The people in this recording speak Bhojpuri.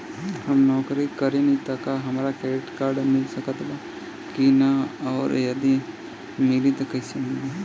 हम नौकरी करेनी त का हमरा क्रेडिट कार्ड मिल सकत बा की न और यदि मिली त कैसे मिली?